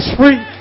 free